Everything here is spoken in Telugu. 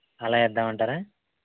అలా వేద్దాం అంటారా